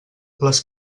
les